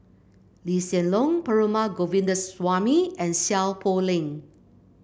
Lee Hsien Loong Perumal Govindaswamy and Seow Poh Leng